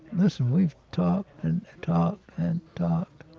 listen, we've talked and talked and talked.